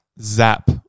zap